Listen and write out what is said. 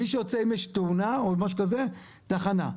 מי שיוצא אם יש תאונה או משהו כזה, תחנה.